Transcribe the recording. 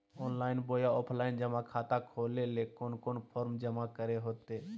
Online बोया offline जमा खाता खोले ले कोन कोन फॉर्म जमा करे होते?